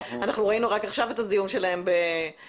אנחנו ראינו רק עכשיו את הזיהום שלהם באשקלון,